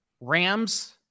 Rams